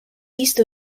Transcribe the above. east